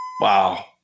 Wow